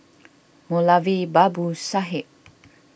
Moulavi Babu Sahib